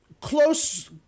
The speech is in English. close